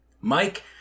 Mike